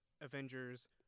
Avengers